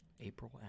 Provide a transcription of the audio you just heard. April